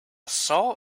saw